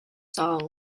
song